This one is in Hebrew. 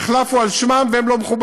המחלף הוא על שמם, והם לא מחוברים,